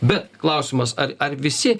bet klausimas ar ar visi